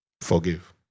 forgive